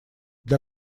для